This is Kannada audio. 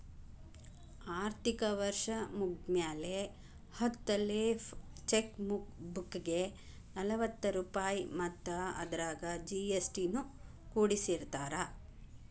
ಆರ್ಥಿಕ ವರ್ಷ್ ಮುಗ್ದ್ಮ್ಯಾಲೆ ಹತ್ತ ಲೇಫ್ ಚೆಕ್ ಬುಕ್ಗೆ ನಲವತ್ತ ರೂಪಾಯ್ ಮತ್ತ ಅದರಾಗ ಜಿ.ಎಸ್.ಟಿ ನು ಕೂಡಸಿರತಾರ